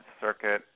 circuit